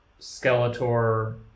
Skeletor